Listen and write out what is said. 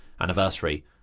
anniversary